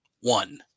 one